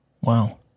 Wow